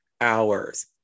hours